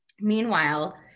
Meanwhile